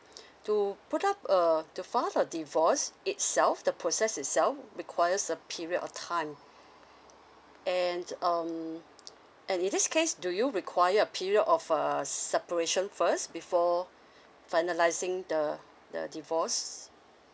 to put up a to file a divorce itself the process itself requires a period of time and um and in this case do you require a period of err separation first before finalising the the divorce